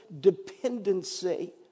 dependency